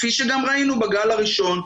כפי שגם ראינו בגל הראשון.